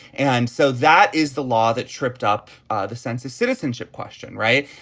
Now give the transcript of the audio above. and so that is the law that tripped up the census citizenship question right.